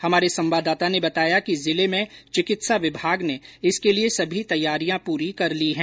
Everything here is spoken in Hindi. हमारे संवाददाता ने बताया कि जिले में चिकित्सा विभाग ने इसके लिए सभी तैयारियां पूरी कर ली है